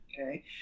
Okay